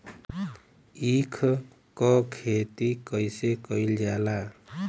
ईख क खेती कइसे कइल जाला?